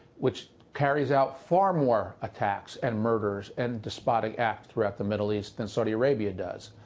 which carries out far more attacks and murders and despotic acts throughout the middle east than saudi arabia does.